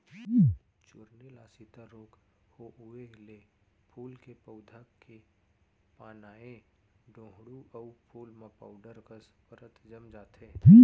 चूर्निल आसिता रोग होउए ले फूल के पउधा के पानाए डोंहड़ू अउ फूल म पाउडर कस परत जम जाथे